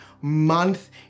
month